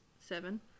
seven